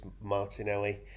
Martinelli